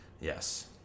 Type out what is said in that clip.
Yes